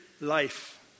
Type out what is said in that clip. Life